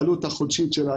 העלות החודשית שלה,